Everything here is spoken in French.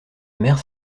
mère